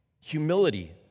Humility